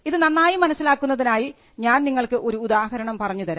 ഇത് നന്നായി മനസ്സിലാക്കുന്നതിനായി ഞാൻ നിങ്ങൾക്ക് ഒരു ഉദാഹരണം പറഞ്ഞു തരാം